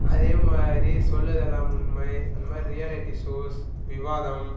அதே மாதிரி சொல்வதெல்லாம் உண்மை அந்த மாதிரி ரியாலிட்டி ஷோஸ் விவாதம்